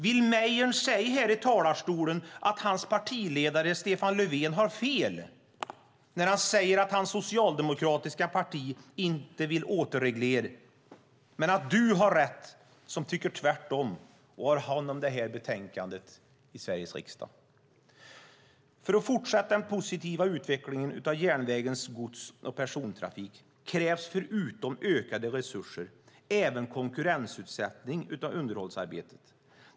Vill Mejern säga här i talarstolen att hans partiledare Stefan Löfven har fel, när han säger att hans socialdemokratiska parti inte vill återreglera, och att du har rätt, som tycker tvärtom och har hand om det här betänkandet i Sveriges riksdag? För att fortsätta den positiva utvecklingen av järnvägens gods och persontrafik krävs förutom ökade resurser även konkurrensutsättning av underhållsarbetet.